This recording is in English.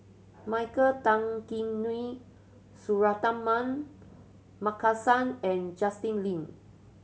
Michael Tan Kim Nei Suratman Markasan and Justin Lean